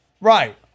Right